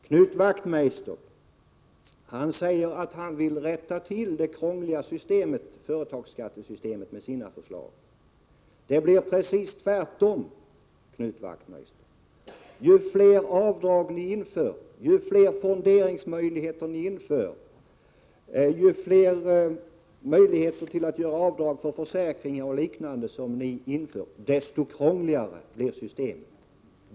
Knut Wachtmeister säger att han med sina förslag vill rätta till det krångliga företagsskattesystemet. Det blir precis tvärtom, Knut Wachtmeister. Ju fler avdrag ni inför, ju fler fonderingsmöjligheter ni inför, ju fler möjligheter att göra avdrag för försäkringar o.d. som ni inför, desto krångligare blir systemet!